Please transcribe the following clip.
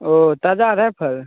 ओ ताज़ा और है फल